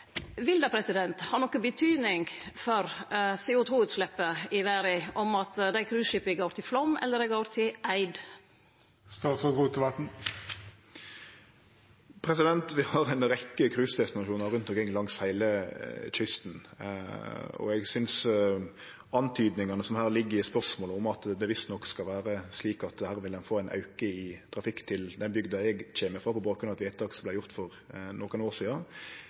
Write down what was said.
Vil det ha noka betydning for CO 2 -utsleppa i verda om dei cruiseskipa går til Flåm eller til Eid? Vi har ei rekkje cruisedestinasjonar rundt omkring langs heile kysten. Eg synest antydingane som ligg i spørsmålet om at det visstnok skal vere slik at ein vil få ein auke i trafikk til den bygda eg kjem frå, på bakgrunn av eit vedtak som vart gjort for nokre år sidan,